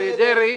אריה דרעי,